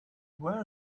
where